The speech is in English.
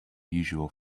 usual